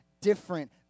different